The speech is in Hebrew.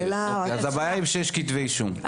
הבעיה היא כשיש כתבי אישום.